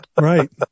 Right